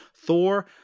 Thor